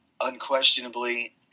Unquestionably